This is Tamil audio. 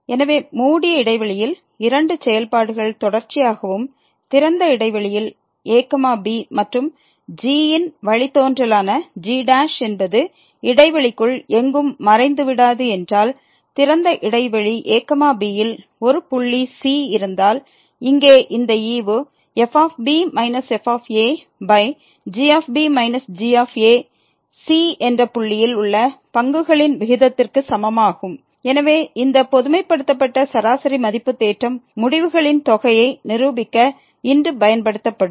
எனவே மூடிய இடைவெளியில் இரண்டு செயல்பாடுகள் தொடர்ச்சியாகவும் திறந்த இடைவெளியில் a b மற்றும் g யின் வழித்தோன்றலான g என்பது இடைவெளிக்குள் எங்கும் மறைந்துவிடாது என்றால் திறந்த இடைவெளி a b யில் ஒரு புள்ளி c இருந்தால் இங்கே இந்த ஈவு fb f gb g c என்ற புள்ளியில் உள்ள பங்குகளின் விகிதத்திற்கு சமமாகும் எனவே இந்த பொதுமைப்படுத்தப்பட்ட சராசரி மதிப்பு தேற்றம் முடிவுகளின் தொகையை நிரூபிக்க இன்று பயன்படுத்தப்படும்